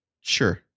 Sure